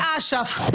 דגלי אש"ף.